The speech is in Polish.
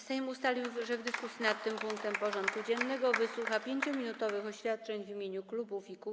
Sejm ustalił, że w dyskusji nad tym punktem porządku dziennego wysłucha 5-minutowych oświadczeń w imieniu klubów i kół.